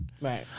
Right